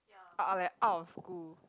ah like out of school